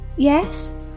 yes